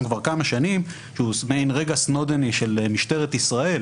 כבר כמה שנים, רגע סנודני של משטרת ישראל